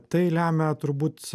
tai lemia turbūt